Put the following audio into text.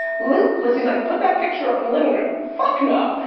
lizzy's like, put that picture up in the living room, fuck no.